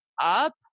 up